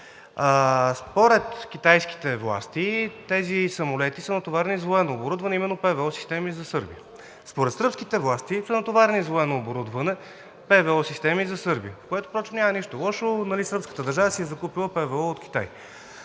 Според китайските власти тези самолети са натоварени с военно оборудване, именно ПВО системи за Сърбия. Според сръбските власти са натоварени с военно оборудване – ПВО системи за Сърбия, в което няма нищо лошо – сръбската държава си е закупила ПВО от Китай.